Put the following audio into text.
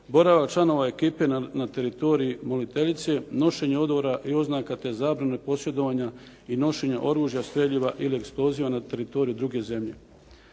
boravak članova ekipe na teritoriju moliteljice, nošenje odora i oznaka te zabrana posjedovanja i nošenja oružja, streljiva ili eksploziva na teritoriju druge zemlje.